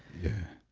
yeah